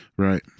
Right